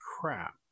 crap